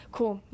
Cool